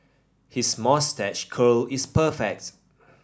his moustache curl is perfect